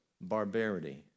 barbarity